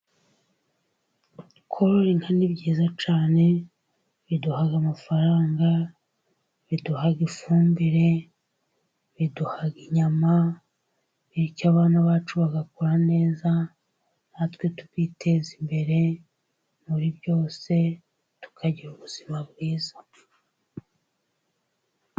Kurora inka ni byiza cyane. Biduha amafaranga, biduha ifumbire, biduha inyama. Bityo abana bacu bagakura neza, natwe tukiteza imbere muri byose, tukagira ubuzima bwiza.